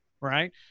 Right